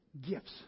gifts